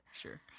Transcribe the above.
Sure